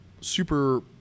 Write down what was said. super